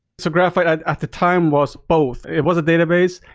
so graphite at the time was both. it was a database.